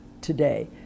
today